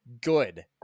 good